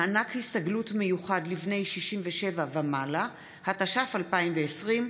(מענק הסתגלות מיוחד לבני 67 ומעלה), התש"ף 2020,